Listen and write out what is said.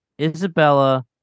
Isabella